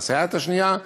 הסייעת השנייה,